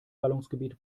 ballungsgebiet